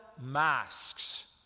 masks